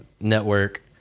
network